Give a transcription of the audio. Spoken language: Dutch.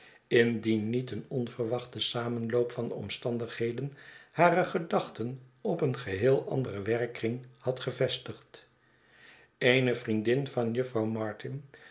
indien niet een onverwachte samenloop van omstandigheden hare gedachten op een geheel anderen werkkring had gevestigd eene vriendin van jufvrouw martin